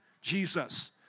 Jesus